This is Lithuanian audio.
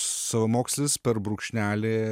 savamokslis per brūkšnelį